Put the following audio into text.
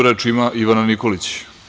Reč ima Ivana Nikolić.